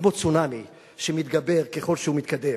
כמו צונאמי שמתגבר ככל שהוא מתקדם.